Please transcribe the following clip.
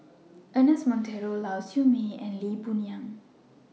Ernest Monteiro Lau Siew Mei and Lee Boon Yang